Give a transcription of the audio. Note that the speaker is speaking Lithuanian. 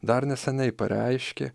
dar neseniai pareiškė